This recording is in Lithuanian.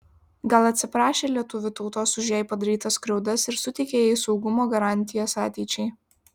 gal atsiprašė lietuvių tautos už jai padarytas skriaudas ir suteikė jai saugumo garantijas ateičiai